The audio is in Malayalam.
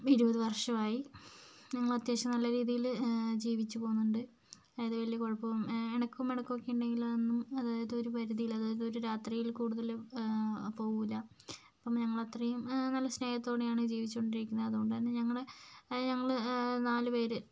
ഇരുപത് വർഷമായി ഞങ്ങൾ അത്യാവശ്യം നല്ല രീതിയിൽ ജീവിച്ചു പോകുന്നുണ്ട് വലിയ കുഴപ്പം ഇണക്കവും പിണക്കവും ഒക്കെ ഉണ്ടെങ്കിലും അതായത് ഒരു പരിധിയിൽ അതായത് ഒരു രാത്രിയിൽ കൂടുതൽ പോകില്ല അപ്പോൾ ഞങ്ങൾ അത്രയും നല്ല സ്നേഹത്തോടെ ആണ് ജീവിച്ചു കൊണ്ടിരിക്കുന്നത് അതുകൊണ്ടുതന്നെ ഞങ്ങൾ അതായത് ഞങ്ങൾ നാലു പേർ